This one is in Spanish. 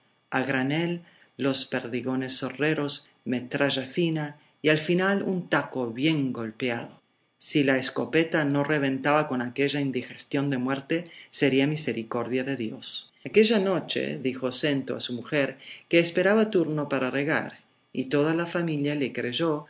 a granel los perdigones zorreros metralla fina y al final un taco bien golpeado si la escopeta no reventaba con aquella indigestión de muerte sería misericordia de dios aquella noche dijo snto a su mujer que esperaba turno para regar y toda la familia le creyó